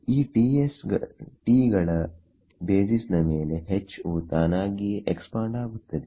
ಈ T'sಗಳ ಬೇಸಿಸ್ ನ ಮೇಲೆ H ವು ತಾನಾಗಿಯೇ ಎಕ್ಸ್ಪಾಂಡ್ ಆಗುತ್ತದೆ